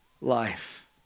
life